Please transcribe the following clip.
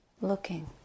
looking